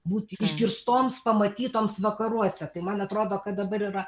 būti išgirstoms pamatytoms vakaruose tai man atrodo kad dabar yra